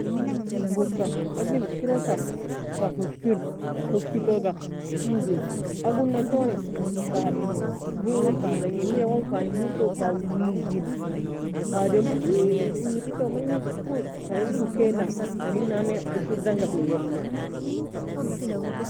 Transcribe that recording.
In bugka ageila eskirosa fa huffir, huffikoga tougi agunltoni fa in bugil fa tagnin, wida gon in bugto fa wigjin, ademri weir wierido menjfikou fa eska ukeina taren nane ushirdanga feikae.